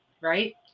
right